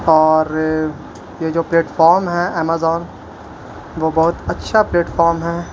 اور یہ جو پلیٹفام ہے ایمازون وہ بہت اچھا پلیٹفام ہے